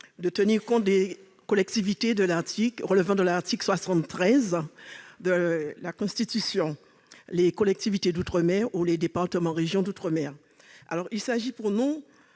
de tenir compte des collectivités relevant de l'article 73 de la Constitution, les collectivités d'outre-mer ou les départements et régions d'outre-mer. Cet amendement